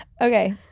okay